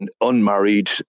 unmarried